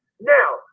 Now